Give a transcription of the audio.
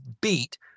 beat